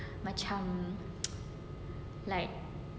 macam like